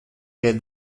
que